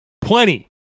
Plenty